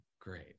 Great